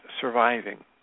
surviving